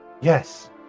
Yes